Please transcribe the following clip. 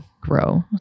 grow